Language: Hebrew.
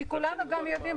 כי כולנו גם יודעים,